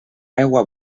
aigua